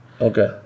Okay